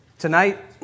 Tonight